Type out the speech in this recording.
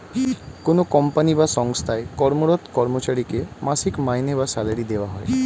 কোনো কোম্পানি বা সঙ্গস্থায় কর্মরত কর্মচারীকে মাসিক মাইনে বা স্যালারি দেওয়া হয়